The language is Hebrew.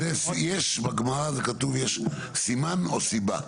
בגמרא יש סימן או סיבה.